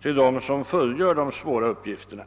för dem som fullgör de svåra uppgifterna.